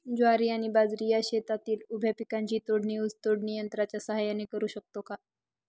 ज्वारी आणि बाजरी या शेतातील उभ्या पिकांची तोडणी ऊस तोडणी यंत्राच्या सहाय्याने करु शकतो का?